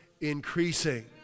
increasing